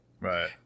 Right